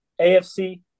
AFC